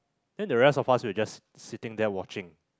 then the rest of us we were just sitting there watching